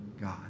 God